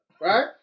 Right